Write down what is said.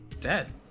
Dead